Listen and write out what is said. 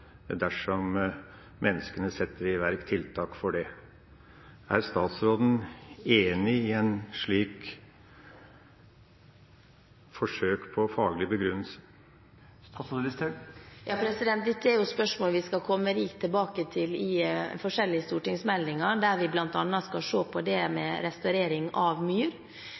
dersom menneskene setter i verk tiltak for det. Er statsråden enig i et slikt forsøk på faglig begrunnelse? Dette er spørsmål vi skal komme rikt tilbake til i forskjellige stortingsmeldinger, der vi bl.a. skal se på restaurering av myr.